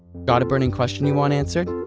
got a burning question you want answered?